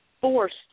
forced